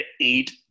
eight